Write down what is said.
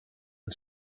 and